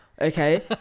okay